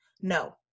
No